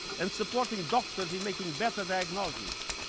and supporting doctors in making better diagnoses.